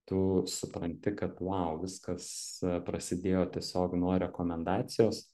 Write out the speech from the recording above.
tu supranti kad vau viskas prasidėjo tiesiog nuo rekomendacijos